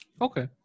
okay